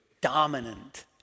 dominant